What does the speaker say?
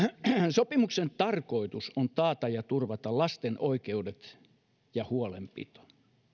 sopimuksen tarkoitus on taata ja turvata lasten oikeudet ja huolenpito